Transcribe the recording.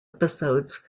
episodes